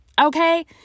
okay